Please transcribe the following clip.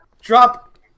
drop